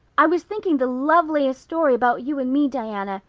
i was thinking the loveliest story about you and me, diana.